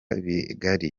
bigari